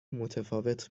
متفاوت